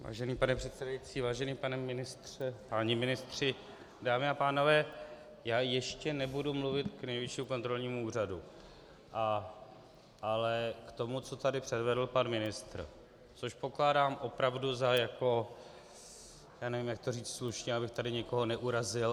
Vážený pane předsedající, vážený pane ministře, páni ministři, dámy a pánové, já ještě nebudu mluvit k Nejvyššímu kontrolnímu úřadu, ale k tomu, co tady předvedl pan ministr, což pokládám opravdu za jako nevím, jak to říci slušně, abych tady někoho neurazil.